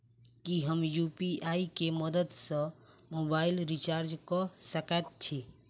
की हम यु.पी.आई केँ मदद सँ मोबाइल रीचार्ज कऽ सकैत छी?